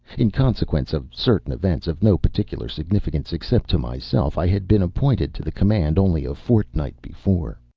in consequence of certain events of no particular significance, except to myself, i had been appointed to the command only a fortnight before.